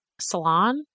salon